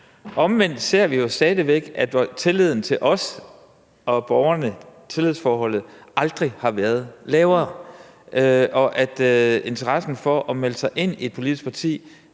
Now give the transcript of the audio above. Omvendt ser vi jo stadig væk, at tillidsforholdet mellem os og borgerne aldrig har været lavere, og at interessen for at melde sig ind i et politisk parti